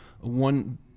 one